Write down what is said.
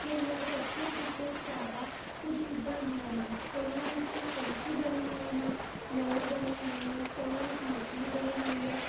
ਮੇਰੀਆਂ ਇਕੱਠੀਆਂ ਕੀਤੀਆਂ ਸਟੈਂਪਾਂ ਕੁਝ ਇੱਦਾਂ ਦੀਆਂ ਨੇ ਕਈਆਂ ਵਿੱਚ ਪੰਛੀ ਬਣੇ ਹੋਏ ਨੇ ਮੋਰ ਬਣੇ ਹੋਏ ਨੇ ਕਈਆਂ ਵਿੱਚ ਮਛਲੀ ਬਣੀ ਹੋਈ ਹੈ